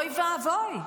אוי ואבוי.